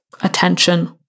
attention